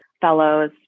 fellows